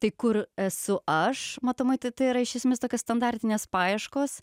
tai kur esu aš matomai tai tai yra iš esmės tokios standartinės paieškos